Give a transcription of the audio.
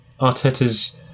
Arteta's